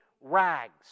rags